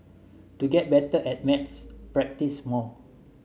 to get better at maths practise more